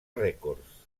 rècords